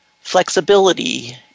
flexibility